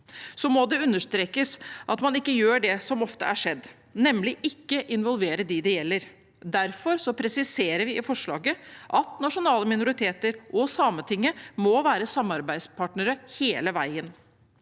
Det må understrekes at man ikke gjør det som ofte har skjedd, nemlig ikke å involvere dem det gjelder. Derfor presiserer vi i forslaget at nasjonale minoriteter og Sametinget må være samarbeidspartnere hele veien.